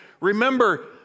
remember